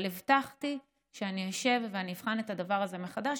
אבל הבטחתי שאני אשב ואני אבחן את הדבר הזה מחדש,